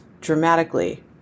dramatically